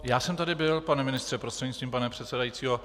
Já jsem tady byl, pane ministře prostřednictvím pana předsedajícího.